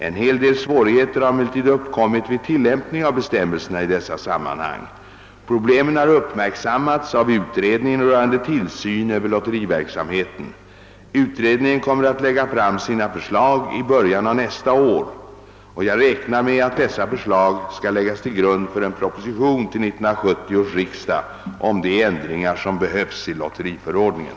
En hel del svårigheter har emellertid uppkommit vid tillämpningen av bestämmelserna i dessa sammanhang. Problemen har uppmärksammats av utredningen rörande tillsyn över lotteriverksamhet. Utredningen kommer att framlägga sina förslag i början av nästa år. Jag räknar med att dessa förslag skall läggas till grund för en proposition till 1970 års riksdag om de ändringar som behövs i lotteriförordningen.